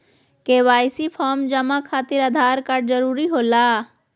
KYC form जमा खातिर Aadhaar card जरूरी होला?